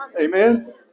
Amen